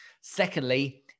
Secondly